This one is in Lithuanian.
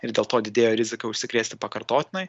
ir dėl to didėjo rizika užsikrėsti pakartotinai